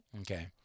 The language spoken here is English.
Okay